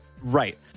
Right